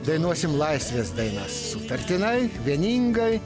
dainuosim laisvės dainas sutartinai vieningai